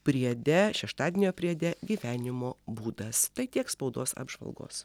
priede šeštadienio priede gyvenimo būdas tai tiek spaudos apžvalgos